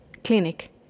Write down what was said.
clinic